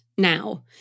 Now